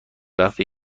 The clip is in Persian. وقتی